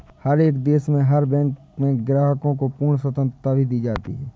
हर एक देश में हर बैंक में ग्राहकों को पूर्ण स्वतन्त्रता भी दी जाती है